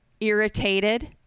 irritated